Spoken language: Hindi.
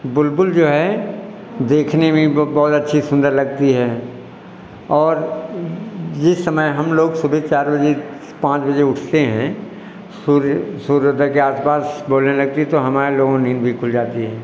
बुलबुल जो है देखने में वह बहुत अच्छी सुन्दर लगती है और जिस समय हम लोग सुबह चार बजे पाँच बजे उठते हैं सूर्य सूर्योदय के आस पास बोलने लगती है तो हमार लोगों नींद भी खुल जाती है